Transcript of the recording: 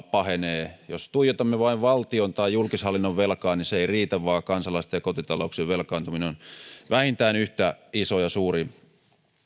pahenee jos tuijotamme vain valtion tai julkishallinnon velkaa niin se ei riitä vaan kansalaisten ja kotitalouksien velkaantuminen on vähintään yhtä iso ja suuri